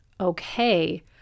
okay